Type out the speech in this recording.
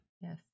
Yes